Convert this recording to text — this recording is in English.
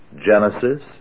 Genesis